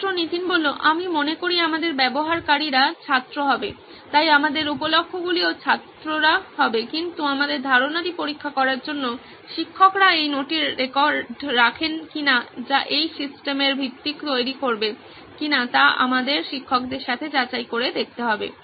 ছাত্র নীতিন আমি মনে করি আমাদের ব্যবহারকারীরা ছাত্র হবে তাই আমাদের উপলক্ষগুলিও ছাত্ররা হবে কিন্তু আমাদের ধারণাটি পরীক্ষা করার জন্য শিক্ষকরা এই নোটের রেকর্ড রাখেন কিনা যা এই সিস্টেমের ভিত্তি তৈরি করবে কিনা তা আমাদের শিক্ষকদের সাথে যাচাই করে দেখতে হবে